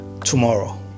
tomorrow